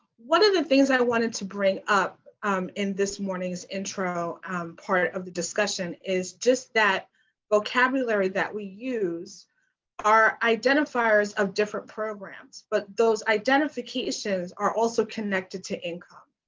one of the things i wanted to bring up in this morning's intro part of the discussion is just that vocabulary that we use are identifiers of different programs. but those identifications are also connected to income.